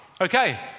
Okay